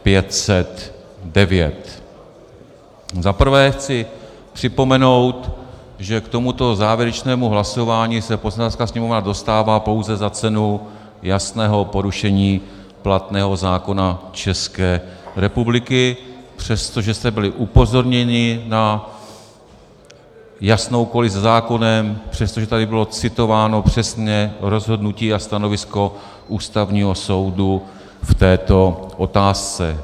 Za prvé chci připomenout, že k tomuto závěrečnému hlasování se Poslanecká sněmovna dostává pouze za cenu jasného porušení platného zákona České republiky, přestože jste byli upozorněni na jasnou kolizi se zákonem, přestože tady bylo citováno přesně rozhodnutí a stanovisko Ústavního soudu v této otázce.